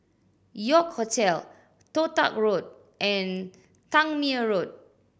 York Hotel Toh Tuck Road and Tangmere Road